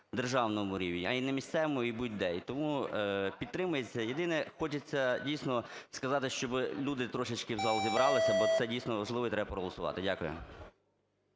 державному рівні, а й на місцевому і будь-де. І тому підтримується. Єдине, хочеться, дійсно, сказати, щоби люди трошечки в зал зібралися, бо це, дійсно, важливо, і треба проголосувати. Дякую.